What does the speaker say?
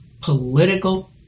political